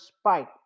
spike